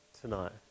tonight